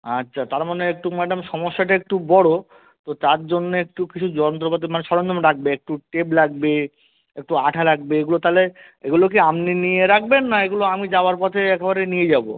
আচ্ছা তার মানে একটু ম্যাডাম সমস্যাটা একটু বড়ো তো তার জন্যে একটু কিছু যন্ত্রপাতি মানে সরঞ্জাম লাগবে একটু টেপ লাগবে একটু আঠা লাগবে এগুলো তালে এগুলো কি আপনি নিয়ে রাখবেন না এগুলো আমি যাওয়ার পথে একেবারে নিয়ে যাবো